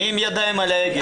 מי עם הידיים על ההגה?